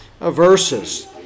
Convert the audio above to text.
verses